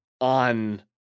on